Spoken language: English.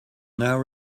now